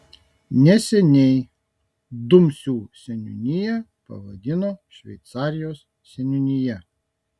neseniai dumsių seniūniją pavadino šveicarijos seniūnija